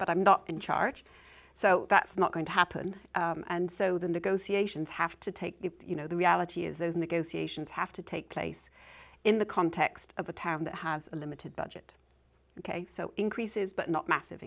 but i'm not in charge so that's not going to happen and so the negotiations have to take you know the reality is those negotiations have to take place in the context of a town that has a limited budget ok so increases but not massive